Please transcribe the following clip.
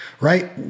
right